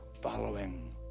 following